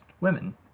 women